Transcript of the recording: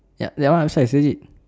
ya that one up size already